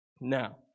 Now